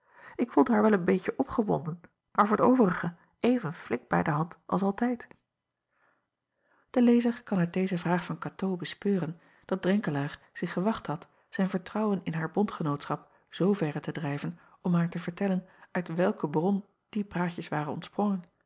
k vond haar wel een beetje opgewonden maar voor t overige even flink bij de hand als altijd e lezer kan uit deze vraag van atoo bespeuren dat renkelaer zich gewacht had zijn vertrouwen in haar bond genootschap zooverre te drijven om haar te vertellen uit welke bron die praatjes waren ontsprongen